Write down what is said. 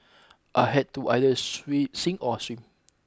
I had to either sweet sink or swim